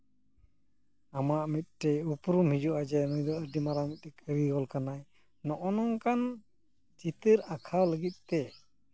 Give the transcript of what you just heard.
ᱟᱢᱟᱜ ᱢᱤᱫᱴᱮᱡ ᱩᱯᱨᱩᱢ ᱦᱤᱡᱩᱜᱼᱟ ᱡᱮ ᱱᱩᱭ ᱫᱚ ᱟᱹᱰᱤ ᱢᱟᱨᱟᱝ ᱠᱟᱹᱨᱤᱜᱚᱞ ᱠᱟᱱᱟᱭ ᱱᱚᱜᱼᱚ ᱱᱚᱝᱠᱟᱱ ᱪᱤᱛᱟᱹᱨ ᱟᱸᱠᱷᱟᱣ ᱞᱟᱹᱜᱤᱫ ᱛᱮ